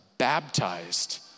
baptized